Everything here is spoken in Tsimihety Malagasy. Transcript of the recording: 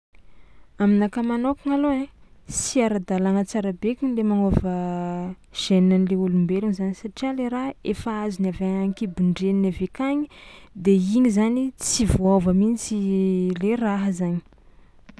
Aminakahy manôkagna alôha ai, sy ara-dalàgna tsara bekiny le magnôva gène an'le olombelono zany satria le raha efa azony avy any an-kibon-dreniny avy akagny de igny zany tsy voaôva mihitsy le raha zany.